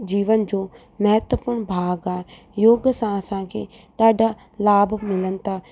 जीवन जो महत्वपूर्ण भाग आहे योग सां असां खे ॾाढा लाभ मिलनि था